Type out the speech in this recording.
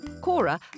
Cora